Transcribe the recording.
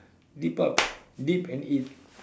dip up dip and eat